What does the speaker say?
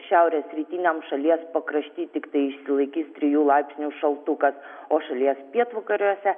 šiaurės rytiniam šalies pakrašty tiktai išsilaikys trijų laipsnių šaltukas o šalies pietvakariuose